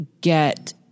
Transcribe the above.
get